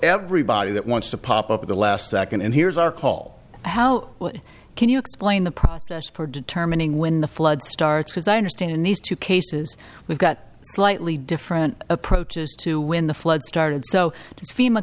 everybody that wants to pop up at the last second and here's our call how well can you explain the process for determining when the flood starts because i understand in these two cases we've got slightly different approaches to when the flood started so